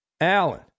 Allen